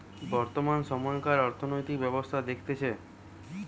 বর্তমান সময়কার অর্থনৈতিক ব্যবস্থা দেখতেছে